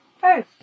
Hey